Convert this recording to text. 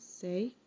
say